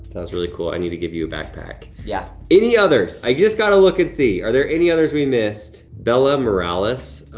was really cool. i need to give you a backpack. yeah. any others, i just gotta look and see. are there any others we missed? bella morales,